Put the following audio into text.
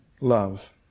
love